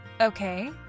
okay